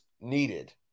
needed